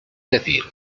decir